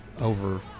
Over